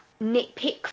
nitpick